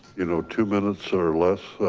you know, two minutes or less,